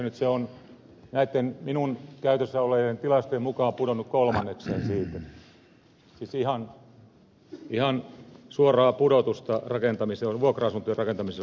nyt se on näitten minun käytössäni olleiden tilastojen mukaan pudonnut kolmannekseen siitä siis ihan suoraa pudotusta vuokra asuntojen rakentamisen osalta